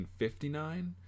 1959